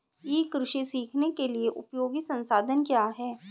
ई कृषि सीखने के लिए उपयोगी संसाधन क्या हैं?